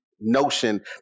Notion